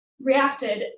reacted